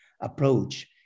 approach